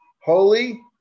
holy